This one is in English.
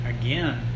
again